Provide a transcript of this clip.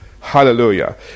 Hallelujah